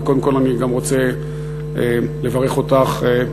ואני רוצה לברך אותך,